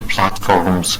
platforms